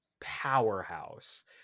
powerhouse